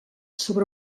sobre